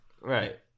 Right